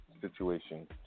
situation